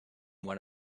one